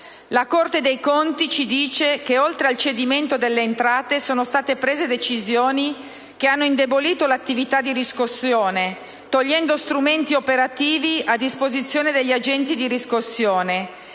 La Corte dei conti ci dice che, oltre al cedimento delle entrate, sono state prese decisioni che hanno indebolito 1'attività di riscossione, togliendo strumenti operativi a disposizione degli agenti di riscossione